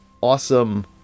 awesome